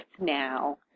now